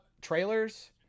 trailers